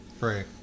Right